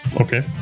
Okay